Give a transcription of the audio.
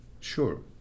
Sure